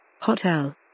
Hotel